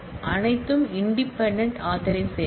அனைத்தும் independent authorization